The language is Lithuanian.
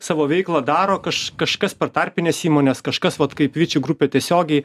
savo veiklą daro kaž kažkas per tarpines įmones kažkas vat kaip viči grupė tiesiogiai